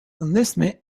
enlistment